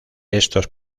estos